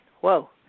Whoa